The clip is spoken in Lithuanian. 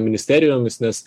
ministerijomis nes